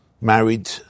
married